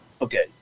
Okay